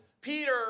Peter